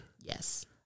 Yes